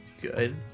good